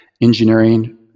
engineering